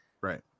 right